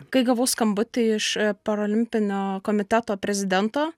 kai gavau skambutį iš parolimpinio komiteto prezidento